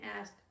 asked